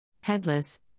Headless